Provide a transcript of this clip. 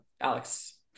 Alex